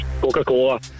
Coca-Cola